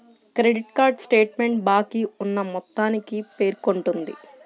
credit card statement బాకీ ఉన్న మొత్తాన్ని పేర్కొంటుంది